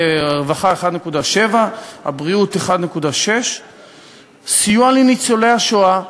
הרווחה, 1.7, הבריאות, 1.6. סיוע לניצולי השואה,